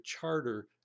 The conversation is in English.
charter